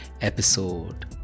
episode